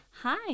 Hi